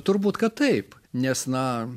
turbūt kad taip nes na